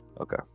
Okay